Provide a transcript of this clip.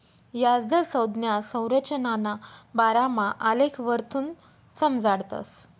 याजदर संज्ञा संरचनाना बारामा आलेखवरथून समजाडतस